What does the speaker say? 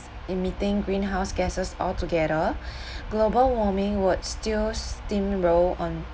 emitting greenhouse gases altogether global warming would still steamroll on